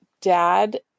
dad